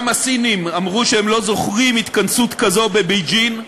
גם הסינים אמרו שהם לא זוכרים התכנסות כזאת בבייג'ין.